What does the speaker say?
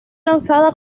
lanzada